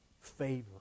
favor